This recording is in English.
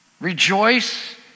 Rejoice